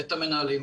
את המנהלים,